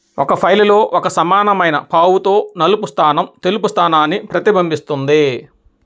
ఒక ఫైలులో ఒక సమానమైన పావుతో నలుపు స్థానం తెలుపు స్థానాన్ని ప్రతిబంబిస్తుంది